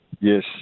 Yes